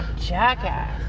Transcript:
jackass